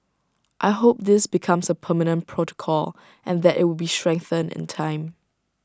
I hope this becomes A permanent protocol and that IT would be strengthened in time